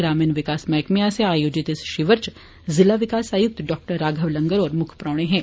ग्रामिण विकास मैहकमें आस्सेया आयोजित इक शिवर इच जिला विकास आयुक्त डाक्टर राघव लंगर होर मुक्ख परौहने हे